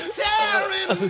tearing